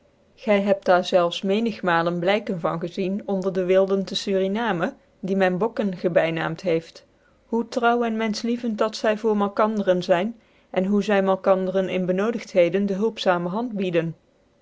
gy hebt jaar telft mccnignalen blyken van gezien onder dc wilden te surinaincn die men bokken gebynaamt heeft hoe trouw en mentclilicvcnd dat zy voor malkandercn zyn cn hoe zy malkandercn in benodigtheden dc behulpzame hand bieden